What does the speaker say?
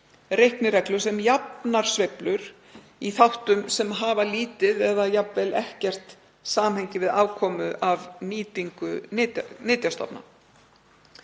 reiknireglur sem jafna sveiflur í þáttum sem eru í litlu eða jafnvel engu samhengi við afkomu af nýtingu nytjastofna.